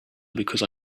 because